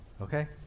okay